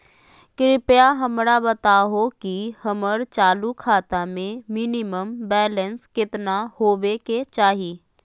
कृपया हमरा बताहो कि हमर चालू खाता मे मिनिमम बैलेंस केतना होबे के चाही